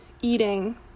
eating